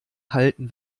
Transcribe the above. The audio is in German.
halten